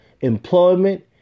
employment